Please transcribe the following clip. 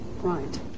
Right